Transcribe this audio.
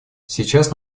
сейчас